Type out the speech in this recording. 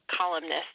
columnist